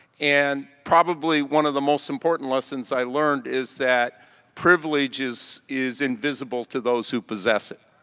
and probably one of the most important lessons i learned is that privileges is invisible to those who possess it.